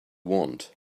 want